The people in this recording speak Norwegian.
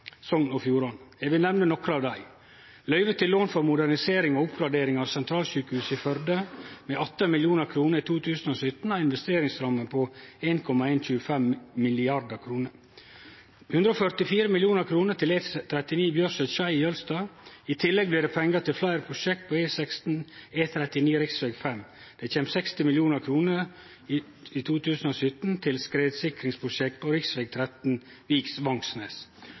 Sogn og Fjordane. Eg vil nemne nokre av dei: løyve til lån for modernisering og oppgradering av sentralsjukehuset i Førde, med 18 mill. kr i 2017 og ei investeringsramme på 1,125 mrd. kr, og 144 mill. kr til E39 Bjørset–Skei i Jølster. I tillegg blir det pengar til fleire prosjekt på E16, E39 og rv. 5. I 2017 kjem det 60 mill. kr til skredsikringsprosjekt på rv. 13 Vik–Vangsnes. Ordninga med rentekompensasjon for transporttiltak i fylka blir også ført vidare. Investeringsramma for Sogn og